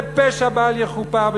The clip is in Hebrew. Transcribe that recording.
זה פשע בל יכופר,